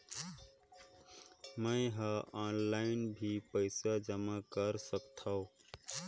मैं ह ऑनलाइन भी पइसा जमा कर सकथौं?